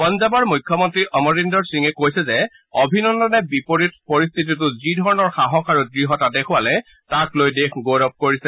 পঞ্জাৱৰ মুখ্যমন্ত্ৰী অমৰিদ্ৰৰ সিঙে কৈছে যে অভিনন্দনে বিপৰীত পৰিস্থিতিতো যিধৰণৰ সাহস আৰু দৃঢ়তা দেখুৱালে তাক লৈ দেশে গৌৰৱ কৰিছে